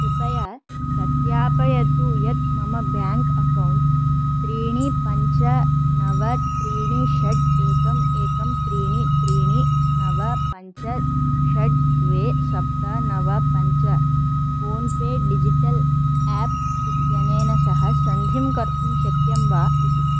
कृपया सत्यापयतु यत् मम ब्याङ्क् अक्कौण्ट् त्रीणि पञ्च नव त्रीणि षड् एकम् एकं त्रीणि त्रीणि नव पञ्च षड् द्वे सप्त नव पञ्च फ़ोन्पे डिजिटल् ऐप् इत्यनेन सह सन्धिं कर्तुं शक्यं वा इति